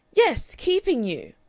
yes keeping you!